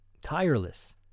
tireless